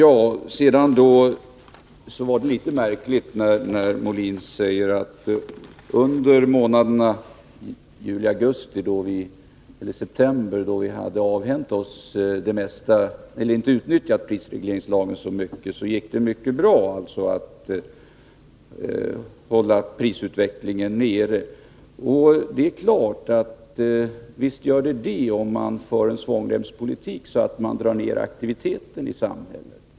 Det var litet märkligt att höra Björn Molin säga att det under månaderna juli, augusti och september, då man inte utnyttjade prisregleringslagen, gick mycket bra att hålla prisutvecklingen nere. Det är klart: Visst gör det det, om man för en svångremspolitik så att man drar ner aktiviteterna i samhället.